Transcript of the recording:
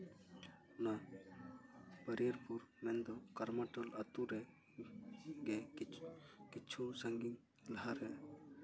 ᱱᱚᱣᱟ ᱦᱟᱹᱨᱭᱟᱹᱲᱯᱩᱨ ᱢᱮᱱᱫᱚ ᱠᱟᱨᱢᱟᱴᱩᱞ ᱟᱹᱛᱩ ᱨᱮ ᱜᱮ ᱠᱤᱪᱷᱩ ᱥᱟᱺᱜᱤᱧ ᱞᱟᱦᱟᱨᱮ